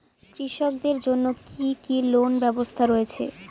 কৃষকদের জন্য কি কি লোনের ব্যবস্থা রয়েছে?